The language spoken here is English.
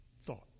thought